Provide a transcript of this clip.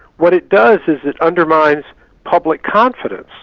what it does is, it undermines public confidence.